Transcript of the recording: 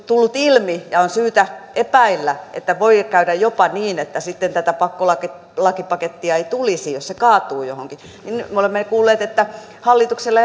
tullut ilmi ja on syytä epäillä että voi käydä jopa niin että sitten tätä pakkolakipakettia ei tulisi jos se kaatuu johonkin niin me olemme kuulleet että hallituksella